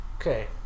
Okay